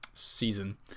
Season